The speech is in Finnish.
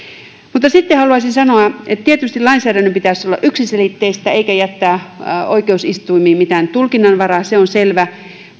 sitten haluaisin sanoa että tietysti lainsäädännön pitäisi olla yksiselitteistä eikä jättää oikeusistuimiin mitään tulkinnanvaraan se on selvä